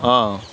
ఆ